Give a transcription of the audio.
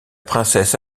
princesse